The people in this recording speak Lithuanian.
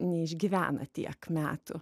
neišgyvena tiek metų